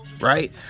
Right